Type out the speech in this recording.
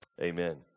Amen